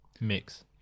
mix